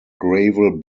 gravel